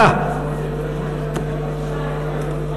נפסק, עד לאחר הכנת הצעות החוק,